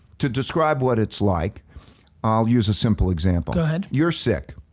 to describe what it's like i'll use a simple example. go ahead. you're sick,